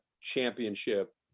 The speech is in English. championship